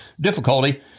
difficulty